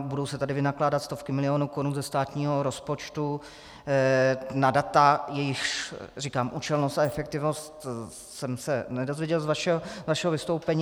Budou se tady vynakládat stovky milionů korun ze státního rozpočtu na data, jejichž, jak říkám, účelnost a efektivnost jsem se nedozvěděl z vašeho vystoupení.